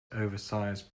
oversized